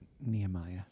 Nehemiah